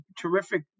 terrific